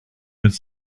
with